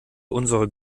unserer